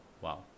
Wow